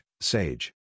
Sage